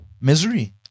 misery